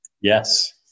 Yes